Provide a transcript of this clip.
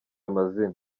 amazina